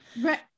right